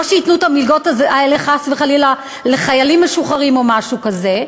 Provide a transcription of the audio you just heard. ולא ייתנו את המלגות האלה חס וחלילה לחיילים משוחררים או משהו כזה,